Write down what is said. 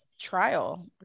trial